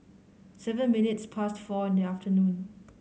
seven minutes past four in the afternoon